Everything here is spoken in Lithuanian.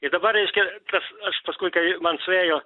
ir dabar reiškia tas aš paskui kai man suėjo